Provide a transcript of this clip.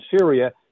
Syria